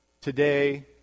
Today